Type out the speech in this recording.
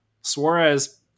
Suarez